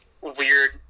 weird